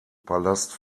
palast